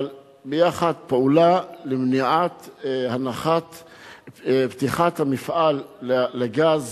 אבל פעולה למניעת פתיחת המפעל לגז